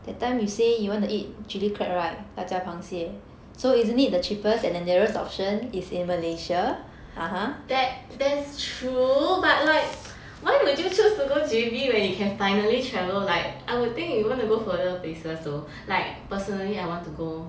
that that's true but like why would you choose to go J_B when you can finally travel like I would think you you want to go further places though like personally I want to go